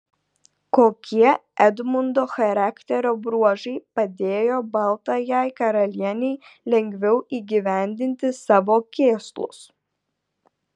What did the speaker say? kokie edmundo charakterio bruožai padėjo baltajai karalienei lengviau įgyvendinti savo kėslus